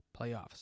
playoffs